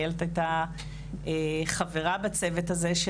הייתה חברה בצוות הזה,